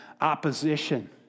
opposition